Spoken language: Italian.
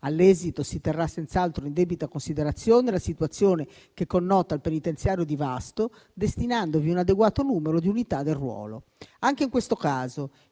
All'esito, si terrà senz'altro in debita considerazione la situazione che connota il penitenziario di Vasto, destinandovi un adeguato numero di unità del ruolo. Anche in questo caso,